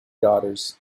daughters